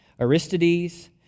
Aristides